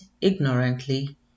ignorantly